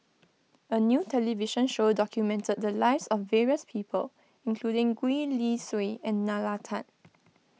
a new television show documented the lives of various people including Gwee Li Sui and Nalla Tan